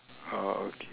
oh okay